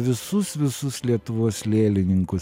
visus visus lietuvos lėlininkus